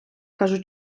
кажу